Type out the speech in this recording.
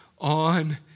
on